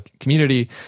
community